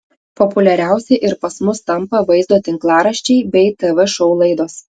populiariausi ir pas mus tampa vaizdo tinklaraščiai bei tv šou laidos